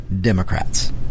Democrats